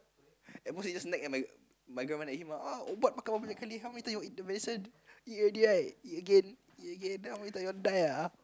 at most he just nag at my my grandmother ah ubat makan berapa banyak kali how many time you want to eat the medicine eat already right eat again eat again then how many time you want die ah !huh!